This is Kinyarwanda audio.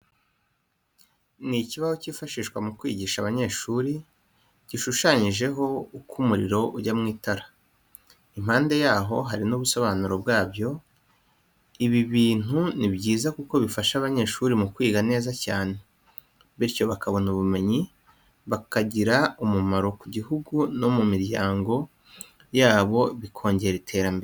Ni ikibaho cyifashishwa mukwigisha abanyeshuri, gishushanyijeho uko umuriro ujya mu itara. Impande yaho, hari n'ubusobanuro bwabyo, ibi bintu ni byiza kuko bifasha abanyeshuri mukwiga neza cyane. Bityo bakabona ubumenyi bakagira umumaro ku gihugu no mu miryango yabo bikongera iterambere.